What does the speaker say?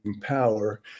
power